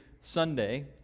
Sunday